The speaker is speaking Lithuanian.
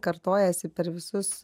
kartojasi per visus